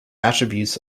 attributes